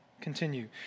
continue